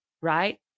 right